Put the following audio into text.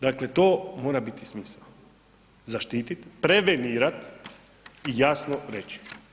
Dakle, to mora biti smisao, zaštiti, prevenirat i jasno reći.